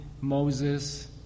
Moses